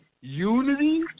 unity